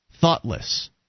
Thoughtless